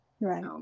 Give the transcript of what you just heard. Right